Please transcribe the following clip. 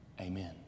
Amen